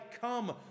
Come